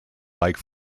like